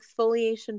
exfoliation